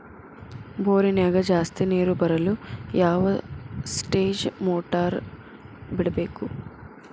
ಬೋರಿನ್ಯಾಗ ಜಾಸ್ತಿ ನೇರು ಬರಲು ಯಾವ ಸ್ಟೇಜ್ ಮೋಟಾರ್ ಬಿಡಬೇಕು?